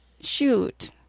shoot